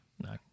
No